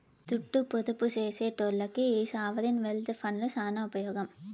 దుడ్డు పొదుపు సేసెటోల్లకి ఈ సావరీన్ వెల్త్ ఫండ్లు సాన ఉపమోగం